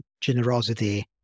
generosity